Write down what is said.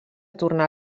tornar